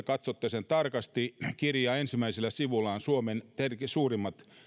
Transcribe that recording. katsotte sen tarkasti kirjaa ensimmäisellä sivullaan tietenkin suomen suurimmat